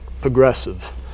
progressive